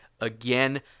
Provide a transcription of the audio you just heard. again